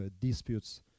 disputes